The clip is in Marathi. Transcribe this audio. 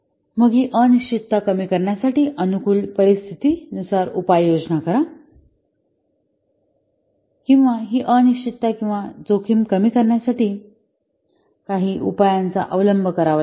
मग ही अनिश्चितता कमी करण्यासाठी अनुकूल परिस्थिती नुसार उपाययोजना करा किंवा ही अनिश्चितता किंवा जोखीम कमी करण्यासाठी काही उपायांचा अवलंब करावा लागेल